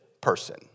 person